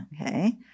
okay